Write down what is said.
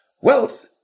wealth